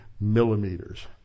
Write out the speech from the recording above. millimeters